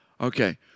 Okay